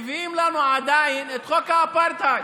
מביאים לנו עדיין את חוק האפרטהייד.